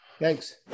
Thanks